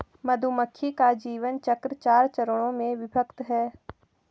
मधुमक्खी का जीवन चक्र चार चरणों में विभक्त है